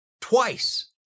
twice